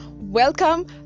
welcome